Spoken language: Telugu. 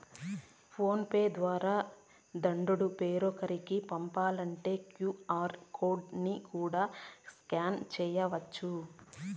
ఫోన్ పే ద్వారా దుడ్డు వేరోకరికి పంపాలంటే క్యూ.ఆర్ కోడ్ ని కూడా స్కాన్ చేయచ్చు